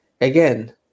Again